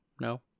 no